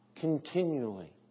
Continually